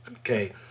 Okay